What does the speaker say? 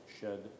shed